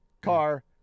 car